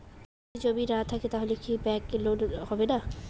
যদি জমি না থাকে তাহলে কি ব্যাংক লোন হবে না?